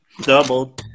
Double